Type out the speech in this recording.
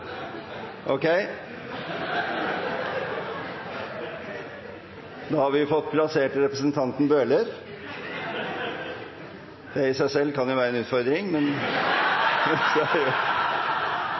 Ok – nå har vi fått plassert representanten Bøhler. Det i seg selv kan jo være en utfordring. Men